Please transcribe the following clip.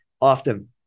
often